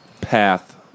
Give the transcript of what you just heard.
path